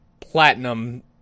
platinum